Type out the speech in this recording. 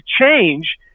change